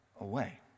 away